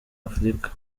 afurika